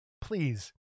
please